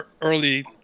early